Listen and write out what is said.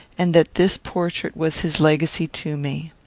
and that this portrait was his legacy to me.